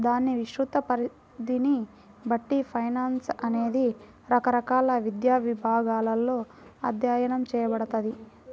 దాని విస్తృత పరిధిని బట్టి ఫైనాన్స్ అనేది రకరకాల విద్యా విభాగాలలో అధ్యయనం చేయబడతది